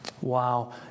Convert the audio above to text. Wow